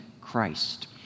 Christ